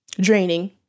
draining